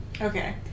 Okay